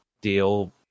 deal